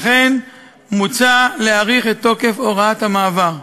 ולכן מוצע להאריך את תוקף הוראת המעבר.